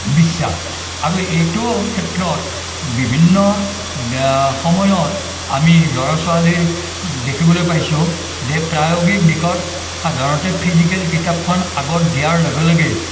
বিশ্বাস আৰু এইটো ক্ষেত্ৰত বিভিন্ন সময়ত আমি ল'ৰা ছোৱালীৰ দেখিবলৈ পাইছোঁ যে প্ৰায়োগিক দিশত সাধাৰণতে ফিজিকেল কিতাপখন আগত দিয়াৰ লগে লগে